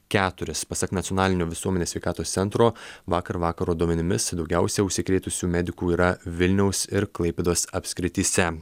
keturis pasak nacionalinio visuomenės sveikatos centro vakar vakaro duomenimis daugiausia užsikrėtusių medikų yra vilniaus ir klaipėdos apskrityse